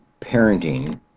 parenting